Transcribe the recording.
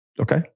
Okay